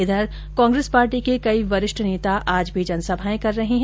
इधर कांग्रेस पार्टी के कई वरिष्ठ नेता आज भी जनसभाएं कर रहे है